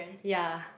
ya